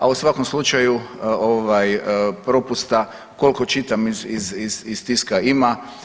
A u svakom slučaju propusta koliko čitam iz tiska ima.